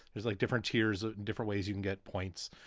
there's like different tiers, ah and different ways you can get points.